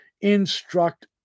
instruct